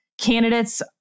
candidates